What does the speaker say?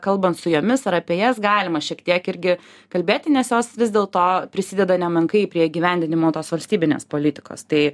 kalbant su jomis ar apie jas galima šiek tiek irgi kalbėti nes jos vis dėl to prisideda nemenkai prie įgyvendinimo tos valstybinės politikos tai